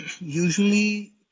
usually